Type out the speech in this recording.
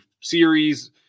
series